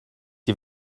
die